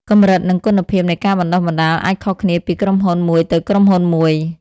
កម្រិត និងគុណភាពនៃការបណ្តុះបណ្តាលអាចខុសគ្នាពីក្រុមហ៊ុនមួយទៅក្រុមហ៊ុនមួយ។